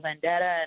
vendetta